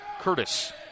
Curtis